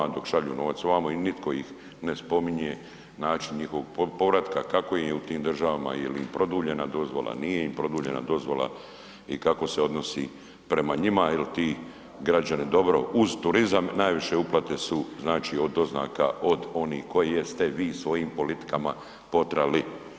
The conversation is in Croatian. Dok šalju novac vamo i nitko ih ne spominje, način njihovog povratka, kako im je u tim državama, jel im produljena dozvola, nije im produljena dozvola i kako se odnosi prema njima jel ti građani dobro, uz turizam najviše uplate su znači od doznaka od onih koje ste vi svojim politikama potrali.